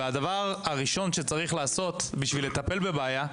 הדבר הראשון שצריך לעשות בשביל לטפל בבעיה,